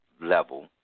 level